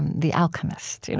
the alchemist,